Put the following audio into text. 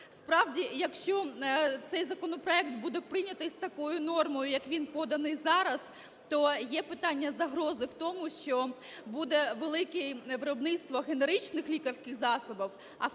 Справді, якщо цей законопроект буде прийнятий з такою нормою, як він поданий зараз, то є питання загрози в тому, що буде велике виробництво генеричних лікарських засобів,